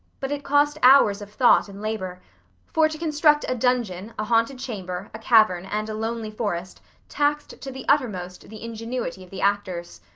but it cost hours of thought and labor for to construct a dungeon, a haunted chamber, a cavern, and a lonely forest taxed to the uttermost the ingenuity of the actors.